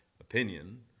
opinion